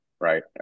right